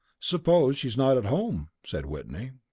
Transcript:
suppose she's not at home? said whitney.